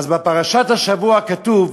בפרשת השבוע כתוב: